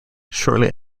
shortly